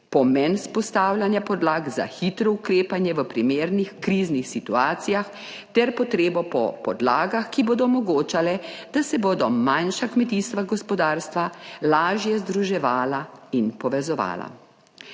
pomen vzpostavljanja podlag za hitro ukrepanje v primernih kriznih situacijah ter potrebo po podlagah, ki bodo omogočale, da se bodo manjša kmetijstva gospodarstva lažje združevala in povezovala.